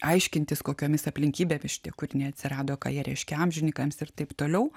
aiškintis kokiomis aplinkybėmis šitie kūriniai atsirado ką jie reiškia amžininkams ir taip toliau